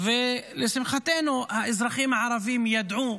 ולשמחתנו האזרחים הערבים ידעו